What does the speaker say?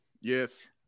Yes